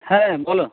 হ্যাঁ বলো